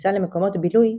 לכניסה למקומות בילוי,